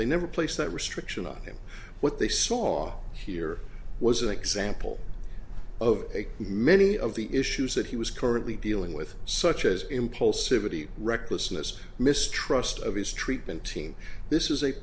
they never placed that restriction on him what they saw here was an example of a many of the issues that he was currently dealing with such as impulsivity recklessness mistrust of his treatment team this is a